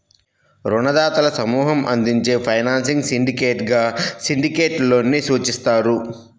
రుణదాతల సమూహం అందించే ఫైనాన్సింగ్ సిండికేట్గా సిండికేట్ లోన్ ని సూచిస్తారు